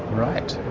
right.